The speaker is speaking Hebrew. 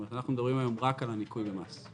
אנחנו מדברים היום רק על הניכוי ממס.